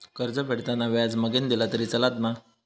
कर्ज फेडताना व्याज मगेन दिला तरी चलात मा?